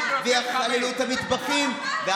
אתם לא נורמליים.